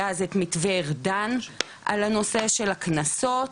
היה אז את מתווה ארדן על הנושא של הקנסות,